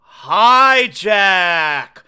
Hijack